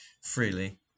freely